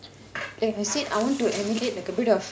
if you say I want to emulate like a bit of